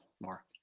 more